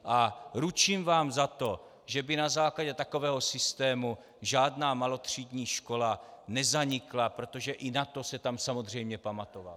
A ručím vám za to, že by na základě takového systému žádná malotřídní škola nezanikla, protože i na to se tam samozřejmě pamatovalo.